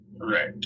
right